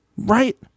right